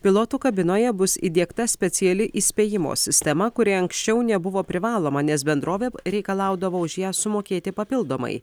pilotų kabinoje bus įdiegta speciali įspėjimo sistema kuri anksčiau nebuvo privaloma nes bendrovė reikalaudavo už ją sumokėti papildomai